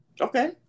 Okay